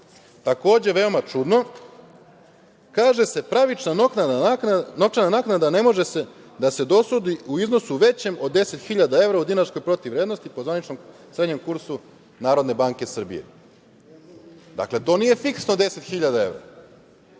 takođe, veoma čudno, kaže se – pravična novčana naknada ne može da se dosudi u iznosu većem od 10.000 evra u dinarskoj protivvrednosti po zvaničnom srednjem kursu NBS. Dakle, to nije fiksno 10.000 evra. Onda